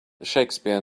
shakespeare